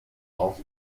auf